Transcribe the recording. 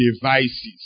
devices